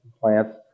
plants